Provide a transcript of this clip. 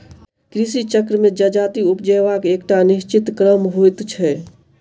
कृषि चक्र मे जजाति उपजयबाक एकटा निश्चित क्रम होइत छै